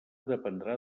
dependrà